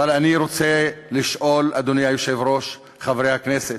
אבל אני רוצה לשאול, אדוני היושב-ראש, חברי הכנסת,